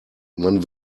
man